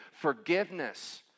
forgiveness